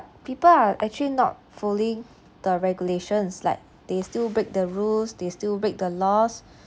people are actually not following the regulations like they still break the rules they still break the laws